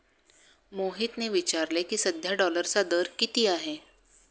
मोहितने विचारले की, सध्या डॉलरचा दर किती आहे?